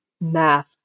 Math